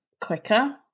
quicker